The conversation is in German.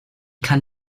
kann